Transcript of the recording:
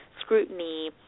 scrutiny